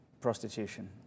prostitution